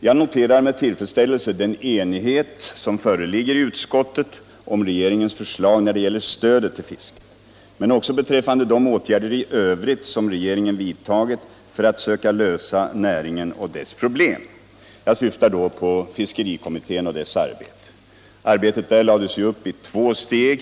Jag noterar med tillfredsställelse den enighet som föreligger i utskottet om regeringens förslag när det gäller stödet till fisket, men också beträffande de åtgärder i övrigt som regeringen vidtagit för att söka lösa näringens problem. Jag syftar då på fiskerikommittén och dess arbete. Arbetet där lades ju upp i två steg.